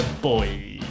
boy